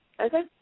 Okay